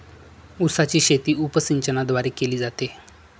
उसाची शेती उपसिंचनाद्वारे केली जाते